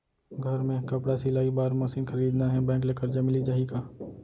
घर मे कपड़ा सिलाई बार मशीन खरीदना हे बैंक ले करजा मिलिस जाही का?